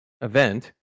event